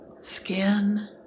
skin